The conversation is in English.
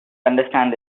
understand